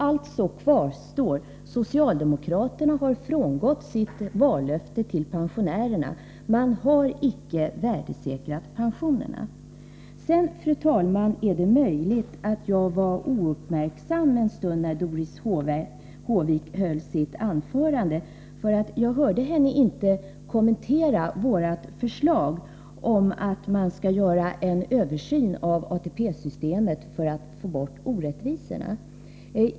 Alltså kvarstår: Socialdemokraterna har frångått sitt vallöfte till pensionärerna, ni har icke värdesäkrat pensionerna. Fru talman! Sedan är det möjligt att jag var ouppmärksam en stund när Doris Håvik höll sitt anförande. Jag hörde henne inte kommentera vårt förslag om en översyn av ATP-systemet för att få bort orättvisorna.